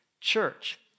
Church